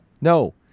No